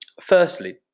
firstly